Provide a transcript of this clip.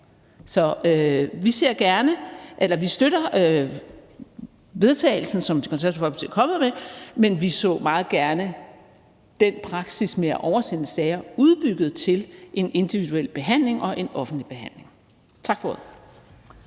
forslaget til vedtagelse, som Det Konservative Folkeparti er kommet med, men vi så meget gerne den praksis med at oversende sager udbygget til en individuel behandling og en offentlig behandling. Tak for ordet.